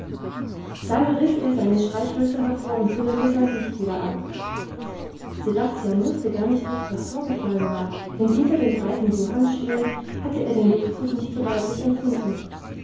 dann riss er seine streichhölzer hervor und zündete sein licht wieder an sebastian wusste gar nicht recht was vorgefallen war denn hinter dem breiten johann stehend hatte er den luftzug nicht so deutlich empfunden